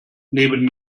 neben